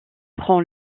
prend